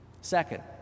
Second